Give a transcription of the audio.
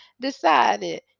decided